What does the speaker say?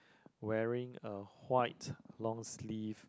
wearing a white long sleeve